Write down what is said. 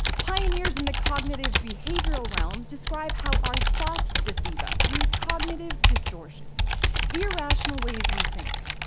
pioneers in the cognitive-behavioral realms describe how our thoughts deceive us through cognitive distortions irrational ways we think.